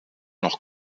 noch